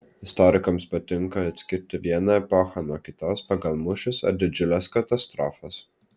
istorikams patinka atskirti vieną epochą nuo kitos pagal mūšius ar didžiules katastrofas